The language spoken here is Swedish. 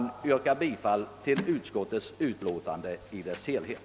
Jag yrkar bifall till utskottets hemställan i dess helhet.